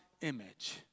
image